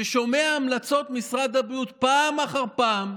ששומע את המלצות משרד הבריאות פעם אחר פעם,